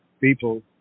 people